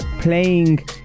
playing